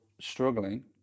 struggling